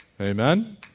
Amen